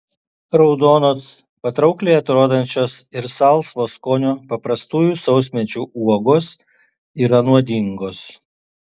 raudonos patraukliai atrodančios ir salsvo skonio paprastųjų sausmedžių uogos yra nuodingos